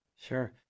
Sure